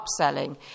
upselling